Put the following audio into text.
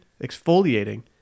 exfoliating